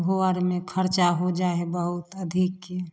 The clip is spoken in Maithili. ओहो आरमे खरचा हो जाइ हइ बहुत अधिक कि